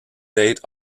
date